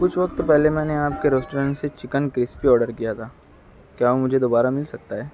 کچھ وقت پہلے میں نے آپ کے ریسٹورنٹ سے چکن کرسپی آرڈر کیا تھا کیا مجھے دوبارہ مل سکتا ہے